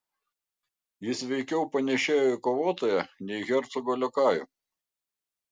jis veikiau panėšėjo į kovotoją nei į hercogo liokajų